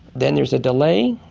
then there is a delay.